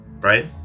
right